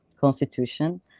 Constitution